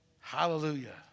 Hallelujah